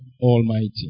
Almighty